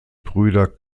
brüder